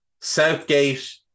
Southgate